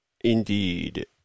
Indeed